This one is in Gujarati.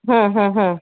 હમ હમ હમ